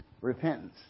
Repentance